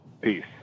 Peace